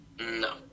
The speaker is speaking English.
No